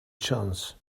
chance